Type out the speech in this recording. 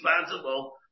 responsible